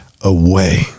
away